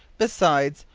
besides,